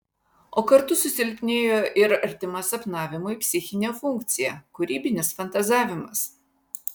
o kartu susilpnėjo ir artima sapnavimui psichinė funkcija kūrybinis fantazavimas